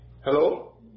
Hello